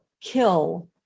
kill